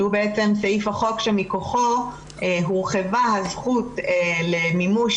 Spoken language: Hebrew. שהוא בעצם סעיף החוק שמכוחו הורחבה הזכות למימוש